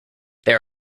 there